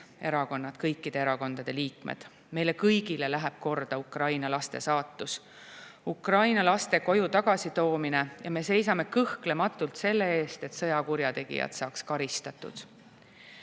toetanud kõikide erakondade liikmed. Meile kõigile läheb korda Ukraina laste saatus ja Ukraina laste koju tagasitoomine ning me seisame kõhklematult selle eest, et sõjakurjategijad saaksid